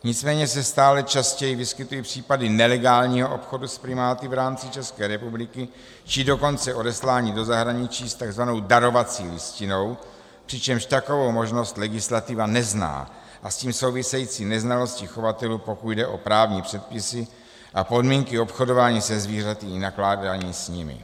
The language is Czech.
Nicméně se stále častěji vyskytují případy nelegálního obchodu s primáty v rámci České republiky, či dokonce odeslání do zahraničí s tzv. darovací listinou, přičemž takovou možnost legislativa nezná, a s tím související neznalosti chovatelů, pokud jde o právní předpisy a podmínky obchodování se zvířaty i nakládání s nimi.